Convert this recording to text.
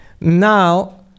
now